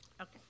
okay